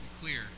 clear